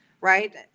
right